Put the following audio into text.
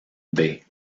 bay